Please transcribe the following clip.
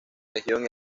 región